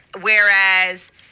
Whereas